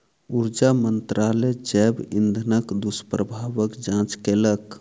ऊर्जा मंत्रालय जैव इंधनक दुष्प्रभावक जांच केलक